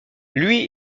lui